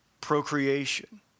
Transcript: procreation